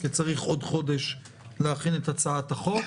כי צריך עוד חודש להכין את הצעת החוק.